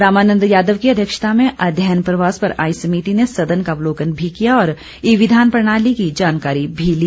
रामानन्द यादव की अध्यक्षता में अध्ययन प्रवास पर आई समिति ने सदन का अवलोकन भी किया और ई विधान प्रणाली की जानकारी भी ली